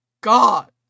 God